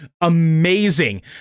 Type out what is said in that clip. amazing